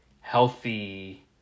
healthy